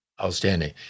Outstanding